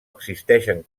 existeixen